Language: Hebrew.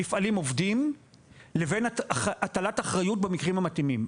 מפעלים עובדים לבין הטלת אחריות במקרים המתאימים.